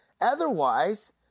Otherwise